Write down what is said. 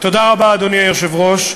תודה רבה, אדוני היושב-ראש,